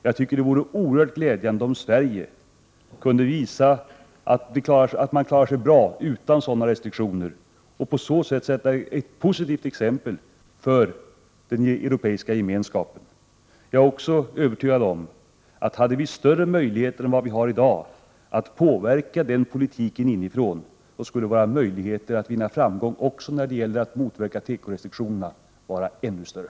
Jag tycker att det vore oerhört glädjande om Sverige kunde visa att man klarar sig bra utan sådana restriktioner och på så vis sätta upp ett positivt exempel för den europeiska gemenskapen. Jag är också övertygad om att hade vi större möjligheter än vi i dag har att påverka den politiken inifrån, skulle våra möjligheter att vinna framgång också när det gäller att motverka tekorestriktionerna vara ännu större.